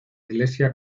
iglesia